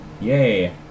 Yay